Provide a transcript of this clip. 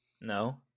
No